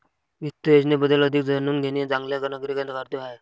वित्त योजनेबद्दल अधिक जाणून घेणे चांगल्या नागरिकाचे कर्तव्य आहे